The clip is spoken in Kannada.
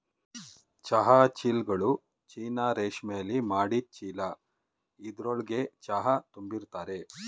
ಚಹಾ ಚೀಲ್ಗಳು ಚೀನಾ ರೇಶ್ಮೆಲಿ ಮಾಡಿದ್ ಚೀಲ ಇದ್ರೊಳ್ಗೆ ಚಹಾ ತುಂಬಿರ್ತರೆ